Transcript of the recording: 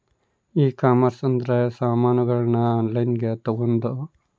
ಈ ಕಾಮರ್ಸ್ ಅಂದ್ರ ಸಾಮಾನಗಳ್ನ ಆನ್ಲೈನ್ ಗ ತಗೊಂದು